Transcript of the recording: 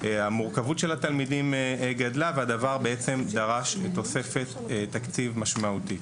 המורכבות של התלמידים גדלה והדבר דרש תוספת תקציב משמעותי.